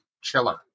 Chiller